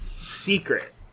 Secret